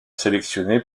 sélectionnés